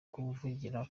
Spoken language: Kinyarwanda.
kuvugira